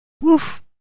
Woof